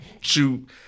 shoot